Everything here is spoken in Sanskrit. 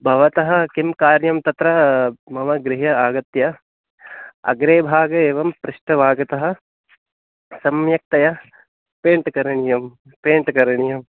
भवतः किं कार्यं तत्र मम गृहे आगत्य अग्रे भागे एवं पृष्टभागतः सम्यक्तया पेण्ट् करणीयं पेण्ट् करणीयम्